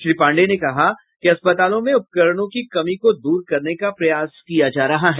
श्री पांडेय ने कहा कि अस्पतालों में उपकरणों की कमी को दूर करने का प्रयास किया जा रहा है